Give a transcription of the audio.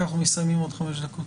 כי אנחנו מסיימים בעוד חמש דקות.